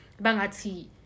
bangati